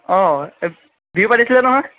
অঁ বিহু পাতিছিলে নহয়